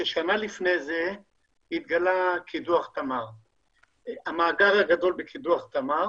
כי שנה לפני זה התגלה המאגר הגדול בקידוח תמר,